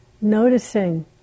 noticing